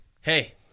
hey